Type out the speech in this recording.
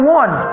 one